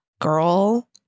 girl